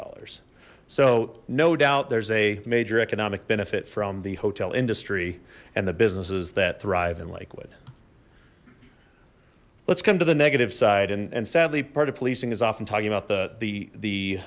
dollars so no doubt there's a major economic benefit from the hotel industry and the businesses that thrive in lakewood let's come to the negative side and sadly part of policing is often talking about the the the